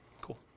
Cool